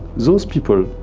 those people,